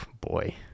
boy